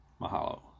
mahalo